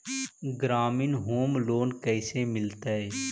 ग्रामीण home loan कैसे मिलतै?